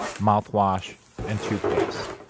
mouthwash and toothpaste.